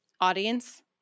audience